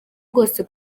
bwose